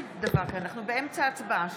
הקואליציה הצביעה בעד.